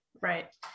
right